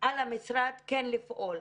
על המשרד כן לפעול.